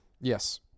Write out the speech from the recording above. Yes